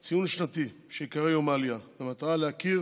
יום ציון שנתי שייקרא "יום העלייה" במטרה להכיר